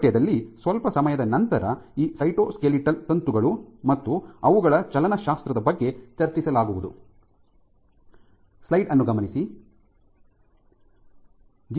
ಈ ಪಠ್ಯದಲ್ಲಿ ಸ್ವಲ್ಪ ಸಮಯದ ನಂತರ ಈ ಸೈಟೋಸ್ಕೆಲಿಟಲ್ ತಂತುಗಳು ಮತ್ತು ಅವುಗಳ ಚಲನಶಾಸ್ತ್ರದ ಬಗ್ಗೆ ಚರ್ಚಿಸಲಾಗುವುದು